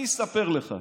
אני אספר לכם,